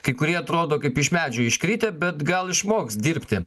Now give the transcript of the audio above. kai kurie atrodo kaip iš medžio iškritę bet gal išmoks dirbti